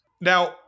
Now